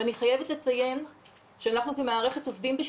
והלאה ואנחנו לא מצליחים להגיע לכולם.